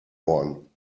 ohren